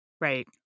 Right